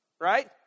Right